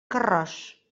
carròs